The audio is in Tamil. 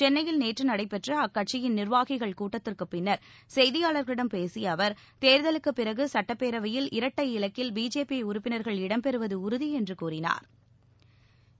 சென்னையில் நேற்று நடைபெற்ற அக்கட்சியின் நீர்வாகிகள் கூட்டத்திற்கு பின்னர் செய்தியாள்களிடம் பேசிய அவர் தேர்தலுக்கு பிறகு சுட்டப்பேரவையில் இரட்டை இலக்கில் பி ஜே பி உறுப்பினா்கள் இடம்பெறுவது உறுதி என்று கூறினாா்